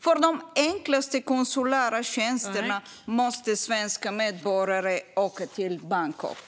För de enklaste konsulära tjänsterna måste svenska medborgare åka till Bangkok.